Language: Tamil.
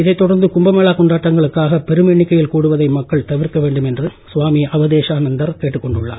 இதை தொடர்ந்து கும்பமேளா கொண்டாட்டங்களுக்காக பெரும் எண்ணிக்கையில் கூடுவதை மக்கள் தவிர்க்க வேண்டும் என சுவாமி அவதேஷானந்தர் கேட்டுக் கொண்டுள்ளார்